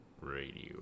radio